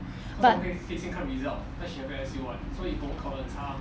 but